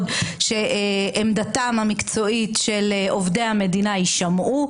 שעמדתם המקצועית של עובדי המדינה יישמעו,